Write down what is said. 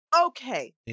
Okay